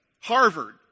Harvard